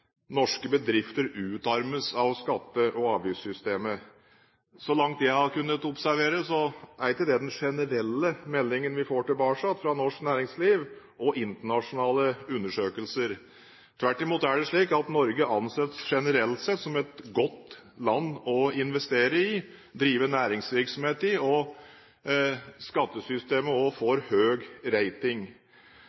avgiftssystemet. Så langt jeg har kunnet observere, er ikke det den generelle meldingen vi får tilbake fra norsk næringsliv og internasjonale undersøkelser. Tvert imot er det slik at Norge generelt sett anses som et godt land å investere i, drive næringsvirksomhet i, og skattesystemet